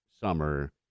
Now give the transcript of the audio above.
summer